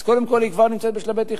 אז קודם כול, היא כבר נמצאת בשלבי תכנון.